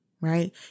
right